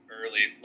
early